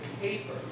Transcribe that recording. paper